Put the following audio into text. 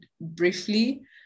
briefly